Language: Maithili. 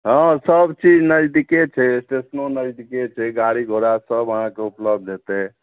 हँ सब चीज नजदीके छै स्टेशनो नजदीके छै गाड़ी घोड़ा सब अहाँके उपलब्ध होयतै